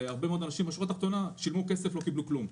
ובשורה התחתונה: הרבה מאוד אנשים שילמו כסף ולא קיבלו כלום.